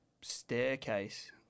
Staircase